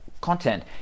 content